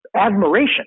admiration